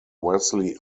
wesley